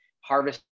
harvest